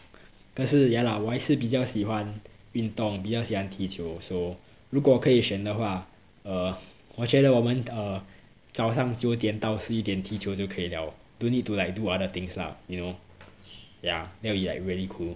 可是 ya lah 我还是比较喜欢运动比较喜欢踢球 so 如果可以选的话 err 我觉得我们 uh 早上九点到十一点踢球就可以了 don't need to like do other things lah you know yeah that'll be like really cool